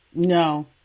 No